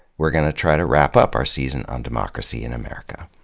we're going to try to wrap up our season on democracy in america.